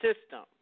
system